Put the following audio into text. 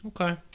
Okay